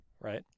right